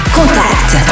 Contact